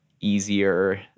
easier